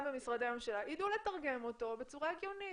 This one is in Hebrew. במשרדי הממשלה והם ידעו לתרגם אותו בצורה הגיונית.